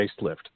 facelift